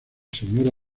señora